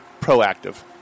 proactive